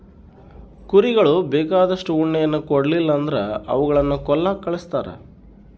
ಕುರಿಗಳು ಬೇಕಾದಷ್ಟು ಉಣ್ಣೆಯನ್ನ ಕೊಡ್ಲಿಲ್ಲ ಅಂದ್ರ ಅವುಗಳನ್ನ ಕೊಲ್ಲಕ ಕಳಿಸ್ತಾರ